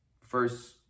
First